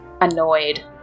Annoyed